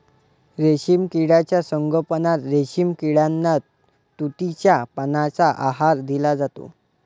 रेशीम किड्यांच्या संगोपनात रेशीम किड्यांना तुतीच्या पानांचा आहार दिला जातो